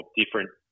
different